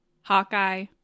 Hawkeye